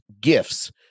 gifts